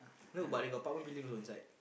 no but they got building also inside